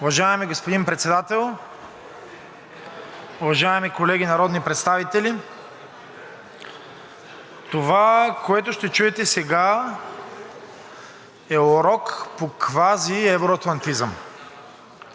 Уважаеми господин Председател! Уважаеми колеги народни представители! Това, което ще чуете сега, е урок по квазиевроатлантизъм.